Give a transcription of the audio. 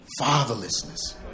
fatherlessness